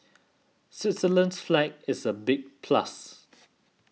Switzerland's flag is a big plus